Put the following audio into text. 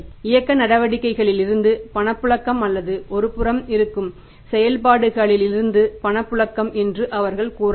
இயக்க நடவடிக்கைகளிலிருந்து பணப்புழக்கம் அல்லது ஒருபுறம் இருக்கும் செயல்பாடுகளிலிருந்து பணப்புழக்கம் என்று அவர்கள் கூறலாம்